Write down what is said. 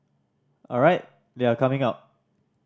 alright they are coming out